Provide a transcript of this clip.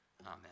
Amen